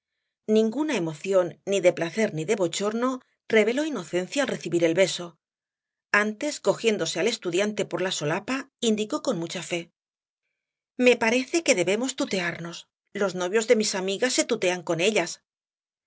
ninguna emoción ni de placer ni de bochorno reveló inocencia al recibir el beso antes cogiendo al estudiante por la solapa indicó con mucha fe me parece que debemos tutearnos los novios de mis amigas se tutean con ellas